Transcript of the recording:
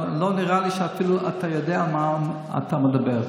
אבל לא נראה לי שאפילו אתה יודע על מה אתה מדבר.